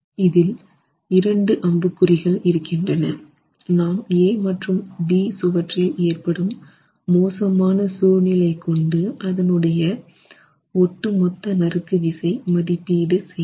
இதில் இரண்டு அம்புக் குறிகள் இருக்கின்றன நாம் A மற்றும் B சுவற்றில் ஏற்படும் மோசமான சூழ்நிலை கொண்டு அதனுடைய ஒட்டு மொத்த நறுக்கு விசை மதிப்பீடு செய்தோம்